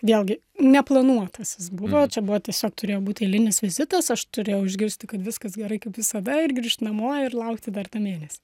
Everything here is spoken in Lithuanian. vėlgi neplanuotas jis buvo čia buvo tiesiog turėjo būti eilinis vizitas aš turėjau išgirsti kad viskas gerai kaip visada ir grįžti namo ir laukti dar tą mėnesį